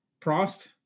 Prost